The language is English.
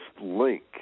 link